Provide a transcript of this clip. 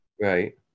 Right